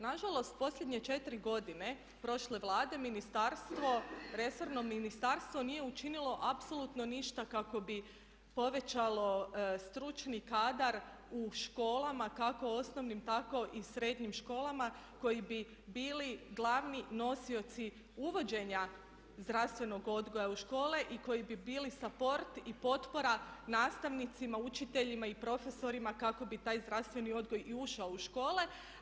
Nažalost, posljednje 4 godine prošle Vlade resorno ministarstvo nije učinilo apsolutno ništa kako bi povećalo stručni kadar u školama kako osnovnim tako i srednjim školama koji bi bili glavni nosioci uvođenja zdravstvenog odgoja u škole i koji bi bili support i potpora nastavnicima, učiteljima i profesorima kako bi taj zdravstveni odgoj i ušao u škole.